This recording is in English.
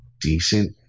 decent